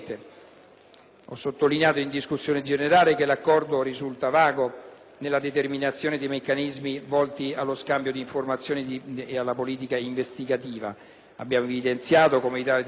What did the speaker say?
Ho sottolineato, in discussione generale, come l'Accordo risulti vago nella determinazione dei meccanismi volti allo scambio di informazioni e alla politica investigativa. Il Gruppo Italia dei Valori